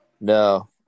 No